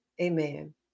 Amen